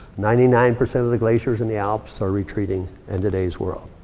ninety nine percent of the glaciers in the alps are retreating in today's world.